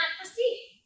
proceed